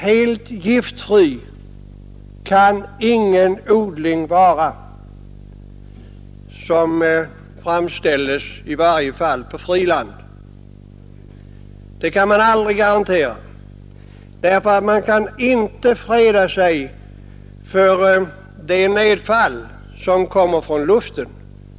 Helt giftfri kan ingen odling vara, i varje fall om den bedrivs på friland. Man kan nämligen inte freda sig för det nedfall som kommer från luften.